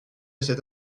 cette